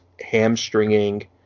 hamstringing